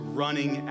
running